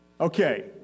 Okay